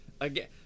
again